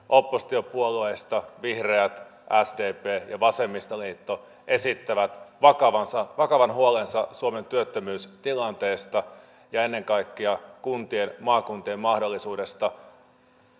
oppositiopuolueista vihreät sdp ja vasemmistoliitto esittävät vakavan huolensa suomen työttömyystilanteesta ja ennen kaikkea kuntien maakuntien mahdollisuudesta